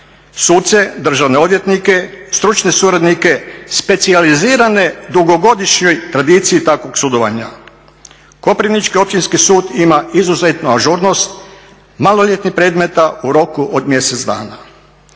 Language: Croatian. suce, državne odvjetnike, stručne suradnike specijalizirane dugogodišnjoj tradiciji takvog sudovanja. Koprivnički Općinski sud ima izuzetnu ažurnost maloljetnih predmeta u roku od mjesec dana.